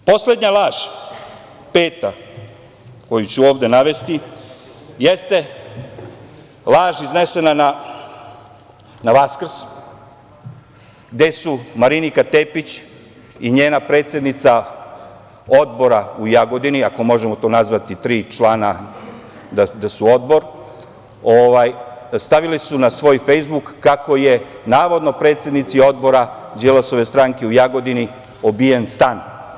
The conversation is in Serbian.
Poslednja laž, peta, koju ću ovde navesti, jeste laž iznesena na Vaskrs, gde su Marinika Tepić i njena predsednica odbora u Jagodini, ako možemo nazvati tri člana da su odbor, stavile na svoj Fejsbuk kako je navodno predsednici odbora Đilasove stranke u Jagodini obijen stan.